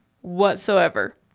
whatsoever